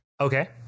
Okay